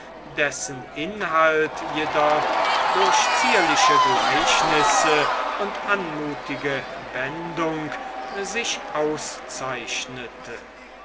dessen inhalt jedoch durch zierliche gleichnisse und anmutige wendung sich auszeichnete